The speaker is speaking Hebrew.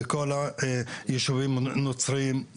וכל היישובים הנוצרים,